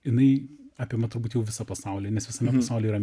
jinai apima turbūt jau visą pasaulį nes visame pasaulyje yra